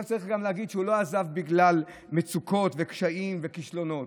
צריך גם להגיד שהוא לא עזב בגלל מצוקות וקשיים וכישלונות.